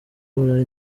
burayi